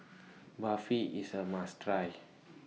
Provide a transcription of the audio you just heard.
Barfi IS A must Try